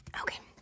Okay